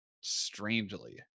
strangely